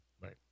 right